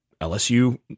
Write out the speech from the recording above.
LSU